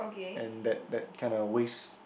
and that that kinda wastes